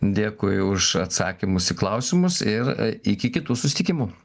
dėkui už atsakymus į klausimus ir iki kitų susitikimų